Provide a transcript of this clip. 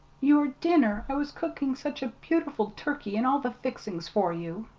your dinner i was cooking such a beautiful turkey and all the fixings for you.